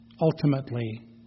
ultimately